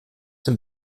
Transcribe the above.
dem